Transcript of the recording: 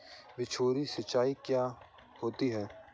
बौछारी सिंचाई क्या होती है?